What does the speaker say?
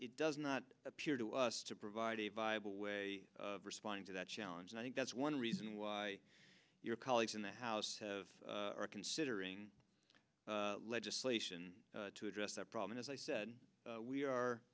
it does not appear to us to provide a viable way responding to that challenge and i think that's one reason why your colleagues in the house have are considering legislation to address that problem as i said we are